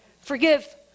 Forgive